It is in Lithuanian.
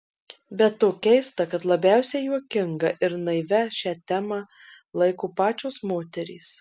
be to keista kad labiausiai juokinga ir naivia šią temą laiko pačios moterys